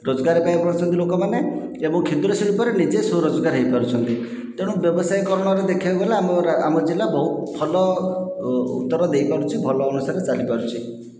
ରୋଜଗାର ପାଇ ପାରୁଛନ୍ତି ଲୋକମାନେ ଏବଂ କ୍ଷୁଦ୍ର ଶିଳ୍ପରେ ନିଜେ ସ୍ଵ ରୋଜଗାର ହୋଇପାରୁଛନ୍ତି ତେଣୁ ବ୍ୟବସାୟୀ କୋଣରୁ ଦେଖିବାକୁ ଗଲେ ଆମ ଜିଲ୍ଲା ବହୁ ଭଲ ଉତ୍ତର ଦେଇପାରୁଛି ଭଲ ଅନୁସାରେ ଚାଲିପାରୁଛି